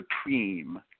Supreme